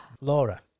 Laura